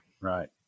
Right